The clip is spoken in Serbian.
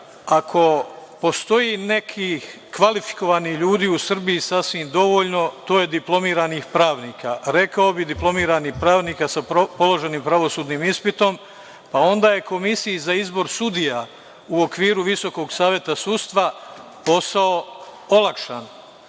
Ako postoje neki kvalifikovani ljudi u Srbiji, sasvim dovoljno, to je diplomiranih pravnika, rekao bih diplomiranih pravnika sa položenim pravosudnim ispitom. Onda je Komisiji za izbor sudija u okviru Visokog saveta sudstva posao olakšan.